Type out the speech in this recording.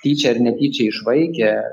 tyčia ar netyčia išvaikė